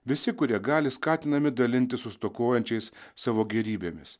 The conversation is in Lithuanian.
visi kurie gali skatinami dalintis su stokojančiais savo gėrybėmis